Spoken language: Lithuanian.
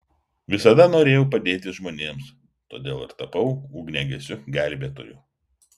visada norėjau padėti žmonėms todėl ir tapau ugniagesiu gelbėtoju